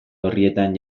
orrietan